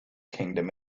kingdom